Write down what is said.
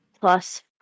plus